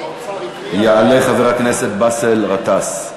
יעלה חבר הכנסת באסל גטאס,